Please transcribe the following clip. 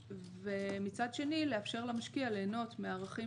ומצד שני לאפשר למשקיע ליהנות מערכים